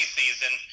season